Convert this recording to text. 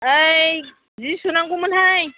ओइ जि सुनांगौमोनहाय